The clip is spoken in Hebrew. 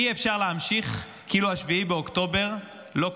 אי-אפשר להמשיך כאילו 7 באוקטובר לא קרה.